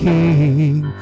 King